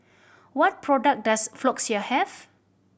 what product does Floxia have